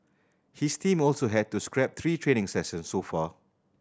his team also had to scrap three training sessions so far